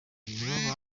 babiri